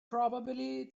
probably